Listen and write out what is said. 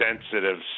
sensitive